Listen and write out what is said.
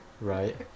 right